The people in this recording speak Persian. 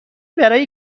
برای